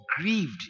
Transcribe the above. grieved